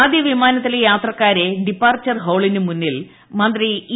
ആദ്യ വിമാനത്തിലെ യാത്രക്കാരെ ഡിപ്പാർച്ചർ ഹാളിനു മുന്നിൽ മന്ത്രി ഇ